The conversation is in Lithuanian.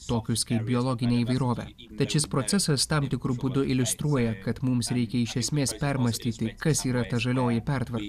tokius kaip biologinė įvairovė tad šis procesas tam tikru būdu iliustruoja kad mums reikia iš esmės permąstyti kas yra ta žalioji pertvarka